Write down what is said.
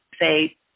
say